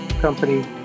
company